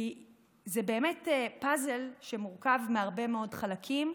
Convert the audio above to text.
כי זה באמת פאזל שמורכב מהרבה מאוד חלקים.